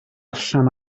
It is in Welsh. allan